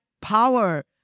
power